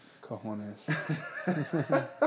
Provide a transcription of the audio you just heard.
cojones